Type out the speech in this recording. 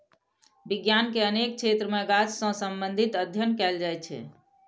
विज्ञान के अनेक क्षेत्र मे गाछ सं संबंधित अध्ययन कैल जाइ छै